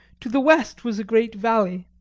to the west was a great valley,